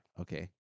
Okay